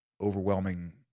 overwhelming